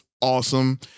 awesome